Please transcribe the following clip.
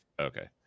okay